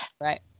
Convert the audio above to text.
Right